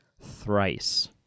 thrice